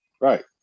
Right